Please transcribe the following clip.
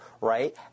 right